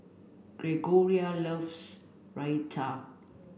Gregoria loves Raita